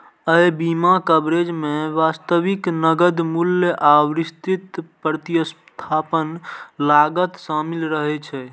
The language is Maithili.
अय बीमा कवरेज मे वास्तविक नकद मूल्य आ विस्तृत प्रतिस्थापन लागत शामिल रहै छै